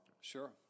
Sure